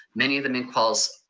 many of the min-quals,